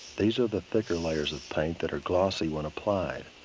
these are the thicker layers of paint that are glossy when applied.